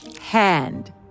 hand